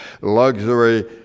luxury